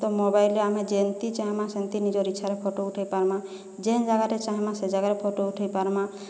ତ ମୋବାଇଲରେ ଆମେ ଯେମିତି ଚାହିଁମା ସେମିତି ନିଜର ଇଚ୍ଛାରେ ଫଟୋ ଉଠାଇ ପାର୍ମା ଯେନ୍ ଜାଗାରେ ଚାହିଁବା ସେ ଜାଗାରେ ଫଟୋ ଉଠାଇ ପାର୍ମା